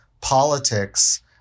politics